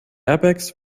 airbags